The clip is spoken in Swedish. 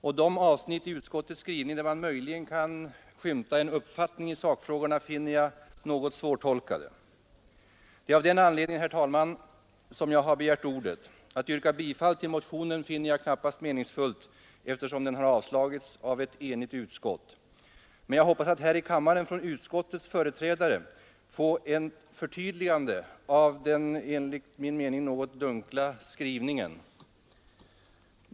Och de avsnitt i utskottets skrivning där man möjligen kan skymta en uppfattning i sakfrågorna finner jag något svårtolkade. Det är av denna anledning, herr talman, som jag har begärt ordet. Att yrka bifall till motionen finner jag knappast meningsfullt, eftersom den avstyrks av ett enigt utskott. Men jag hoppas att här i kammaren från utskottets företrädare få ett förtydligande av den enligt min mening något dunkla skrivningen.